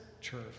church